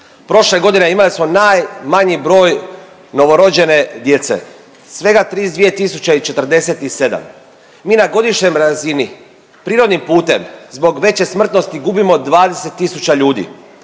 Prošle godine imali smo najmanji broj novorođene djece, svega 32.047, mi na godišnjoj razini prirodnim putem zbog veće smrtnosti gubimo 20 tisuća ljudi,